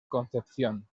concepción